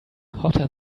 hotter